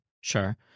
sure